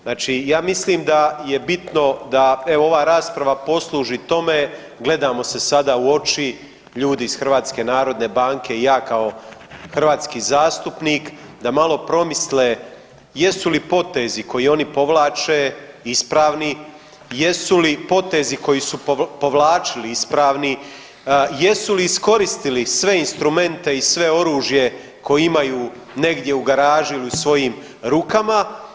Znači ja mislim da je bitno da evo rasprava posluži tome, gledamo se sada u oči ljudi iz Hrvatske narodne banke i ja kao hrvatski zastupnik da malo promisle jesu li potezi koje oni povlače ispravni, jesu li potezi koje su povlačili ispravni, jesu li iskoristili sve instrumente i sve oružje koje imaju negdje u garaži ili u svojim rukama.